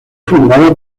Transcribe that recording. fundada